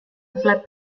bleibt